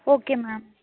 okay ma'am